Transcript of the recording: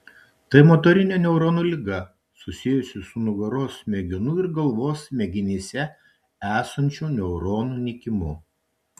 tai motorinė neuronų liga susijusi su nugaros smegenų ir galvos smegenyse esančių neuronų nykimu